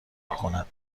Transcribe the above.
کند